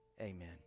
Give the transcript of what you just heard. Amen